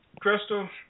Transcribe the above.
Crystal